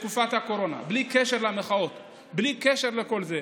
לתקופת הקורונה, בלי קשר למחאות ובלי קשר לכל זה,